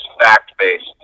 fact-based